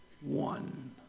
one